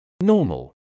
Normal